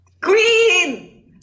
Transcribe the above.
Green